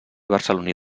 barceloní